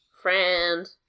Friend